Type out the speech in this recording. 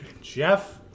Jeff